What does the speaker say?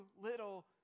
little